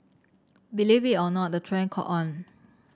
believe it or not the trend caught on